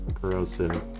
corrosive